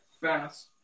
fast